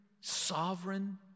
sovereign